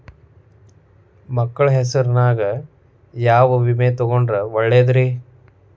ಮಕ್ಕಳ ಹೆಸರಿನ್ಯಾಗ ಯಾವ ವಿಮೆ ತೊಗೊಂಡ್ರ ಒಳ್ಳೆದ್ರಿ?